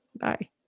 Bye